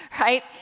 right